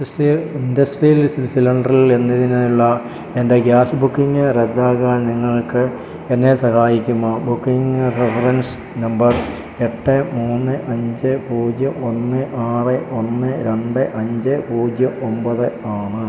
ഇൻസിയൽ industrial cylinder എന്നതിനായുള്ള എൻ്റെ gas booking റദ്ദാക്കാൻ നിങ്ങൾക്ക് എന്നെ സഹായിക്കുമോ ബുക്കിംഗ് റഫറൻസ് നമ്പർ എട്ട് മൂന്ന് അഞ്ച് പൂജ്യം ഒന്ന് ആറ് ഒന്ന് രണ്ട് അഞ്ച് പൂജ്യം ഒമ്പത് ആണ്